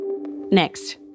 Next